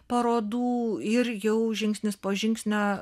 parodų ir jau žingsnis po žingsnio